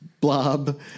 Blob